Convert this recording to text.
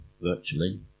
virtually